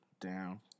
down